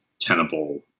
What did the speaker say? tenable